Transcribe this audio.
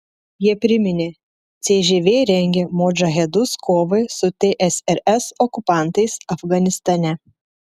jie priminė cžv rengė modžahedus kovai su tsrs okupantais afganistane